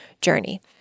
journey